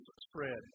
spread